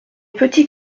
petits